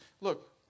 Look